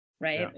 right